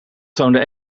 toonde